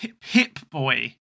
Pip-Boy